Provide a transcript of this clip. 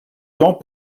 temps